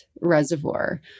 reservoir